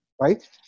right